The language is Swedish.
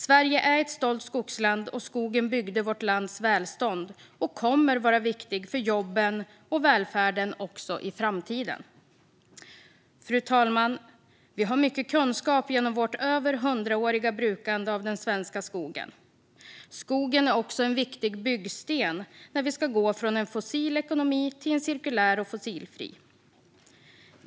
Sverige är ett stolt skogsland. Skogen byggde vårt lands välstånd, och den kommer att vara viktig för jobben och välfärden också i framtiden. Fru talman! Vi har mycket kunskap genom vårt över hundraåriga brukande av den svenska skogen. Skogen är också en viktig byggsten när vi ska gå från en fossil ekonomi till en cirkulär och fossilfri.